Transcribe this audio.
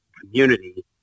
community